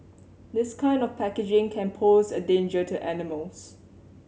this kind of packaging can pose a danger to animals